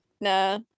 nah